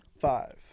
Five